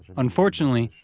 unfortunately,